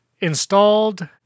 installed